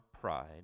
pride